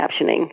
captioning